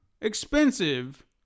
expensive